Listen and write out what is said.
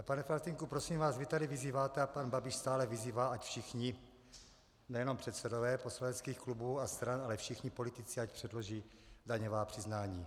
Pane Faltýnku, prosím vás, vy tady vyzýváte a pan Babiš stále vyzývá, ať všichni, nejenom předsedové poslaneckých klubů a stran, ale všichni politici ať předloží daňová přiznání.